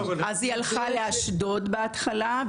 אז היא הלכה לאשדוד בהתחלה,